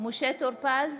משה טור פז,